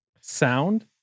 sound